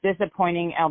disappointing